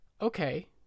okay